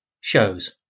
shows